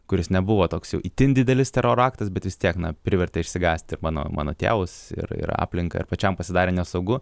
kuris nebuvo toks jau itin didelis teroro aktas bet vis tiek na privertė išsigąsti ir mano mano tėvus ir ir aplinką ir pačiam pasidarė nesaugu